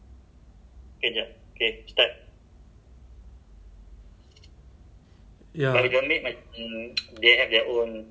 this one maybe we can plan ten ah next time because bapak kan dah tua kan nanti mak